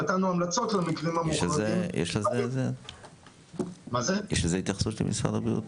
נתנו המלצות למקרים המורכבים --- יש התייחסות של משרד הבריאות?